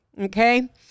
okay